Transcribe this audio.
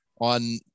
on